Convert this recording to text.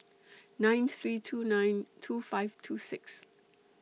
nine three two nine two five two six